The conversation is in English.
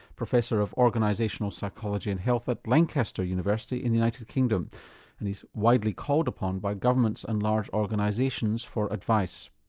professor of organisational psychology and health at lancaster university in the united kingdom and he's widely called upon by governments and large organisations for advice.